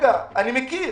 אני מכיר.